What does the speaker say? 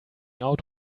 out